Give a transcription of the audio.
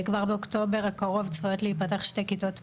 כבר באוקטובר הקרוב צפויות להיפתח שתי כיתות פיילוט.